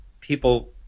people